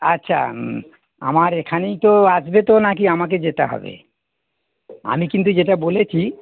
আচ্ছা আমার এখানেই তো আসবে তো নাকি আমাকে যেতে হবে আমি কিন্তু যেটা বলেছি